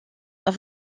pas